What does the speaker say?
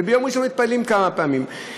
וביום ראשון מתפללים כמה פעמים,